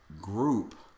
group